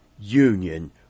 union